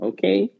Okay